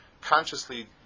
Consciously